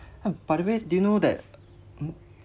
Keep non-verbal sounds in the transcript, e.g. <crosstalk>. yup by the way do you know that <noise>